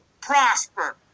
prosper